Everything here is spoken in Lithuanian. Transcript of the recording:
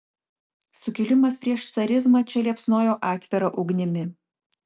sukilimas prieš carizmą čia liepsnojo atvira ugnimi